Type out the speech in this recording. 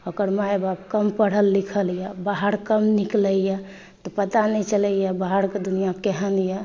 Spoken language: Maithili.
ओकर माइ बाप कम पढ़ल लिखल अइ बाहर कम निकलैए तेँ पता नहि चलैए बाहरके दुनिआ केहन अइ